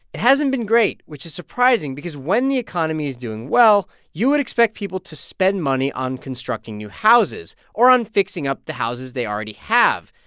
it hasn't been great, which is surprising because when the economy is doing well, you would expect people to spend money on constructing new houses or on fixing up the houses they already have,